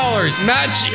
Match